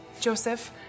Joseph